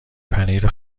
پنیر